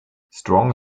strong